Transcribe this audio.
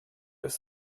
ist